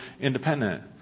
independent